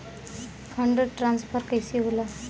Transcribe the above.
Fund transfer कैसे होला?